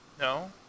No